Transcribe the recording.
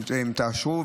אם תאשרו,